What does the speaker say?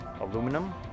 aluminum